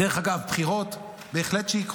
רוצים בחירות --- דרך אגב, בחירות בהחלט יקרו,